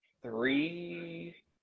three